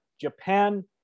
Japan